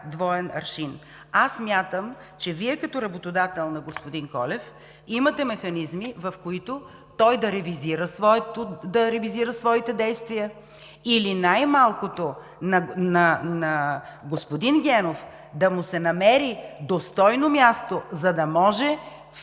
двоен аршин. Смятам, че Вие, като работодател на господин Колев, имате механизми, с които той да ревизира своите действия или най малкото на господин Генов да му се намери достойно място, за да може в